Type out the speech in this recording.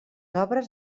obres